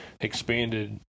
expanded